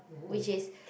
which is